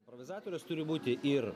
improvizatorius turi būti ir